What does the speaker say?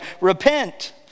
Repent